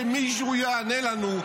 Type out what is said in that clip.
שמישהו יענה לנו,